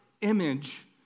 image